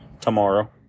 tomorrow